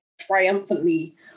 triumphantly